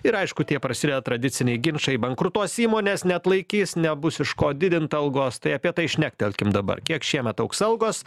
ir aišku tie prasideda tradiciniai ginčai bankrutuos įmonės neatlaikys nebus iš ko didint algos tai apie tai šnektelkim dabar kiek šiemet augs algos